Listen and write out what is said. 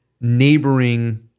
neighboring